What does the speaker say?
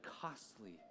costly